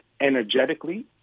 energetically